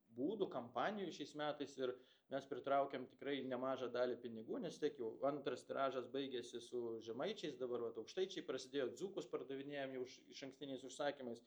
būdų kampanijų šiais metais ir mes pritraukėm tikrai nemažą dalį pinigų nes tiek jau antras tiražas baigėsi su žemaičiais dabar vat aukštaičiai prasidėjo dzūkus pardavinėjam jau iš išankstiniais užsakymais